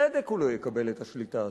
ובצדק הוא לא יקבל את השליטה הזאת,